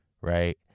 right